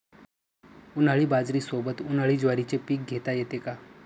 उन्हाळी बाजरीसोबत, उन्हाळी ज्वारीचे पीक घेता येते का?